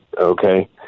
Okay